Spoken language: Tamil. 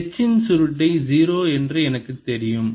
H இன் சுருட்டை 0 என்று எனக்குத் தெரியும்